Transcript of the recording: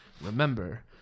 Remember